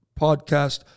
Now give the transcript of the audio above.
podcast